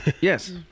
yes